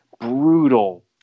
brutal